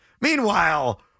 Meanwhile